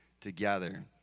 together